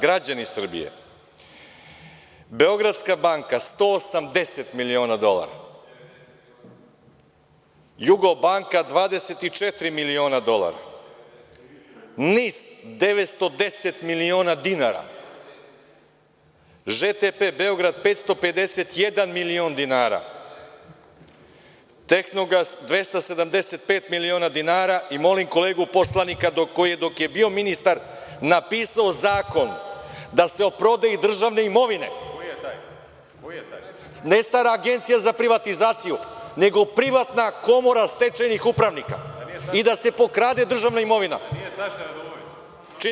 Građani Srbije „Beogradska banka“ 180 miliona dolara, „Jugobanka“ 24 miliona dolara, NIS 910 miliona dinara, ŽTP Beograd, 551 milion dinara, „Tehnogas“ 275 miliona dinara. (Saša Radulović, s mesta: Devedeset godine.) I, molim kolegu poslanika, koji dok je bio ministar napisao zakon da se o prodaji državne imovine ne stara Agencija za privatizaciju nego privatna komora stečajnih upravnika i da se pokrade državna imovina. (Aleksandar Martinović, s mesta: Ko je taj?